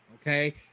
Okay